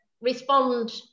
respond